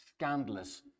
scandalous